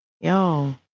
Yo